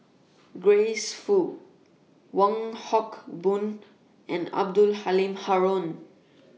Grace Fu Wong Hock Boon and Abdul Halim Haron